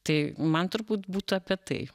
tai man turbūt būtų apie tai